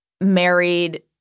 married